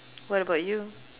what about you